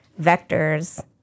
vectors